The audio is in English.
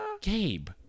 Gabe